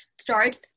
starts